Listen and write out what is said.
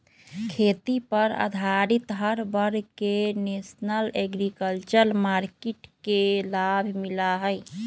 खेती पर आधारित हर वर्ग के नेशनल एग्रीकल्चर मार्किट के लाभ मिला हई